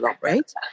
right